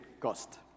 cost